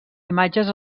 imatges